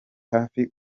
hafi